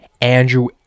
Andrew